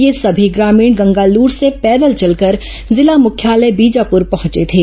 ये सभी ग्रामीण गंगालूर से पैदल चलकर जिला मुख्यालय बीजापुर पहंचे थे